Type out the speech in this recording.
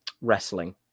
wrestling